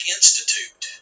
Institute